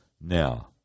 now